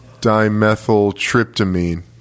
Dimethyltryptamine